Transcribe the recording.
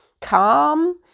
calm